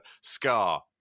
Scar